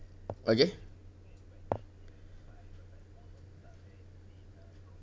okay